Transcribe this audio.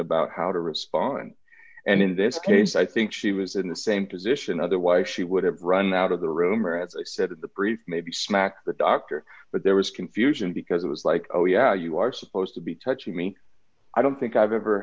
about how to respond and in this case i think she was in the same position otherwise she would have run out of the room or as i said in the brief maybe smacked the doctor but there was confusion because it was like oh yeah you are supposed to be touching me i don't think i've ever